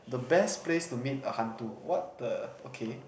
the best place to meet a hantu what the okay